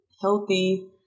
healthy